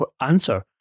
answer